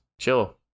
chill